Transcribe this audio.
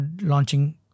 launching